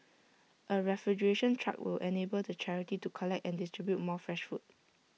A refrigeration truck will enable the charity to collect and distribute more fresh food